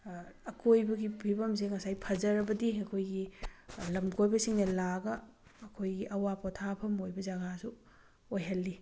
ꯑꯀꯣꯏꯕꯒꯤ ꯐꯤꯕꯝꯁꯦ ꯉꯁꯥꯏ ꯐꯖꯔꯕꯗꯤ ꯑꯩꯈꯣꯏꯒꯤ ꯂꯝꯀꯣꯏꯕꯁꯤꯡꯅ ꯂꯥꯛꯑꯒ ꯑꯩꯈꯣꯏꯒꯤ ꯑꯋꯥ ꯄꯣꯊꯥꯐꯝ ꯑꯣꯏꯕ ꯖꯒꯥꯁꯨ ꯑꯣꯏꯍꯜꯂꯤ